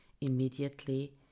immediately